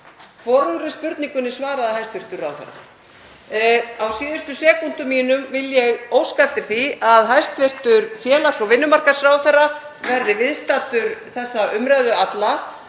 Hvorugri spurningunni svaraði hæstv. ráðherra. Á síðustu sekúndum mínum vil ég óska eftir því að hæstv. félags- og vinnumarkaðsráðherra verði viðstaddur þessa umræðu alla.